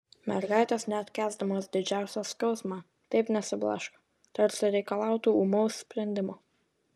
mergaitės net kęsdamos didžiausią skausmą taip nesiblaško tarsi reikalautų ūmaus sprendimo